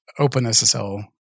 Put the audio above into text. OpenSSL